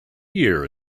year